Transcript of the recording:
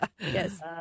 Yes